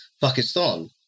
Pakistan